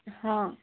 ହଁ